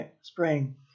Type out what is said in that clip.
spring